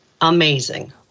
amazing